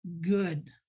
good